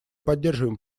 поддерживаем